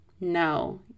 no